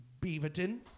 Beaverton